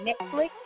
Netflix